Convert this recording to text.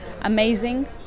amazing